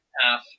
half